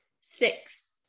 Six